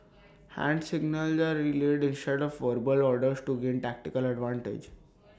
hand signals are relayed instead of verbal orders to gain tactical advantage